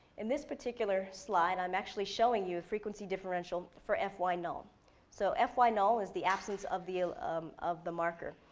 in this particular slide, i'm actually showing you frequency differential for fy null. so fy null is the absence of the um of the marker.